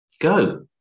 go